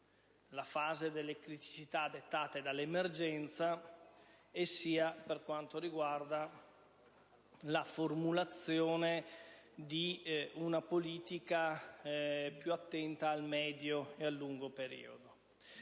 la fase delle criticità dettate dall'emergenza sia per quanto riguarda la formulazione di una politica più attenta al medio e lungo periodo.